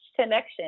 connection